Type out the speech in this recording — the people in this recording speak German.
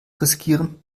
riskieren